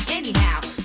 anyhow